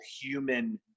human